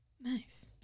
Nice